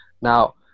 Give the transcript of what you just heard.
Now